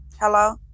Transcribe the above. Hello